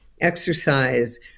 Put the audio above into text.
exercise